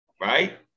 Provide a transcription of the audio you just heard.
Right